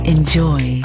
Enjoy